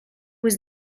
was